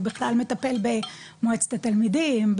הוא בכלל מטפל במועצת התלמידים,